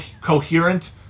coherent